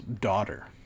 daughter